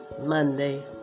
monday